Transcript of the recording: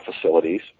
facilities